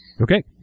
Okay